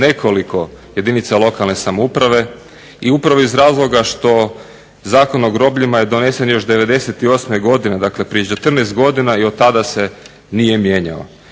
nekoliko jedinica lokalne samouprave i upravo iz razloga što Zakon o grobljima je donesen još '98. godine. Dakle prije 14 godina i od tada se nije mijenjao.